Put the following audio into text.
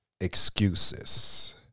excuses